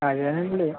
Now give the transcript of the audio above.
అదేనండీ